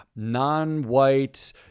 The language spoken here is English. non-white